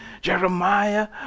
Jeremiah